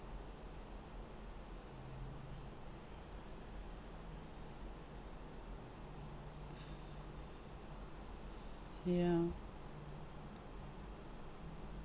yeah